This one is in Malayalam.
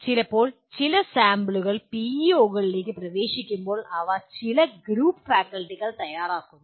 ഇപ്പോൾ ചില സാമ്പിൾ പിഇഒകളിലേക്ക് പ്രവേശിക്കുമ്പോൾ ഇവ ചില ഗ്രൂപ്പ് ഫാക്കൽറ്റികൾ തയ്യാറാക്കുന്നു